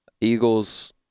Eagles